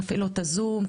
מפעילות הזום,